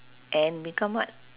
and become what